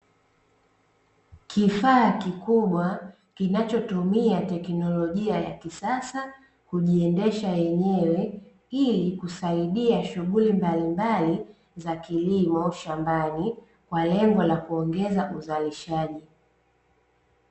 Kifaa kikubwa kinachotumia teknolojia ya kisasa kujiendesha yenyewe ili kusaidia shughuli mbalimbali za kilimo shambani kwa lengo la kuongeza uzalishaji.